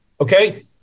Okay